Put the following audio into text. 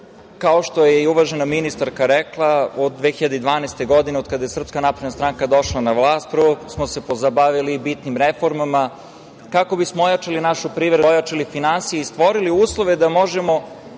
kao što je i uvažena ministarka rekla, od 2012. godine, od kada je Srpska napredna stranka došla na vlast, prvo smo se pozabavili bitnim reformama kako bismo ojačali našu privredu, ojačali finansije i stvorili uslove da možemo